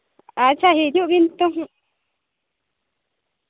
ᱟᱪᱪᱷᱟ ᱦᱤᱡᱩᱜ ᱵᱤᱱ ᱛᱚ